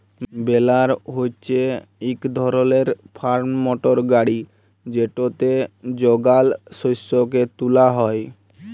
বেলার হছে ইক ধরলের ফার্ম মটর গাড়ি যেটতে যগাল শস্যকে তুলা হ্যয়